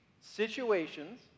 situations